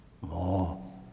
More